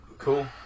Cool